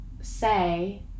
say